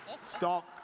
stop